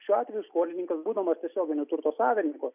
šiuo atveju skolininkas būdamas tiesioginiu turto savininku